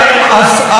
אם היא הייתה שולטת,